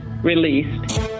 released